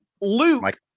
Luke